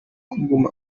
kuguma